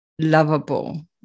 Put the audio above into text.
lovable